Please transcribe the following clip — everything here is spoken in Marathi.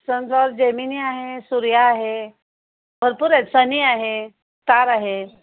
सनफ्लावर जेमिनी आहे सूर्या आहे भरपूर आहेत सनी आहे तार आहे